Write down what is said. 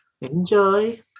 Enjoy